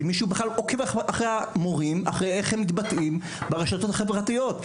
שבכלל עוקב אחרי מורים ובודק את האופן שבו הם מתבטאים ברשתות החברתיות.